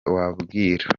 wabwira